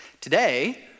Today